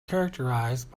characterized